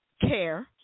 care